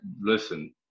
listen